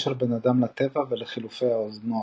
וקשר בין האדם לטבע ולחילופי העונות.